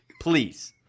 please